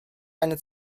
eine